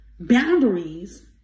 boundaries